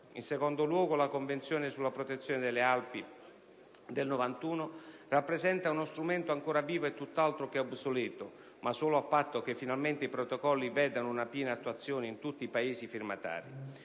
In secondo luogo, la Convenzione sulla protezione delle Alpi del 1991 rappresenta uno strumento ancora vivo e tutt'altro che obsoleto (ma solo a patto che finalmente i Protocolli vedano una piena attuazione in tutti i Paesi firmatari).